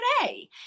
today